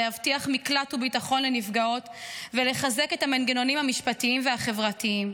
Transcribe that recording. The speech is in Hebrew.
להבטיח מקלט וביטחון לנפגעות ולחזק את המנגנונים המשפטיים והחברתיים.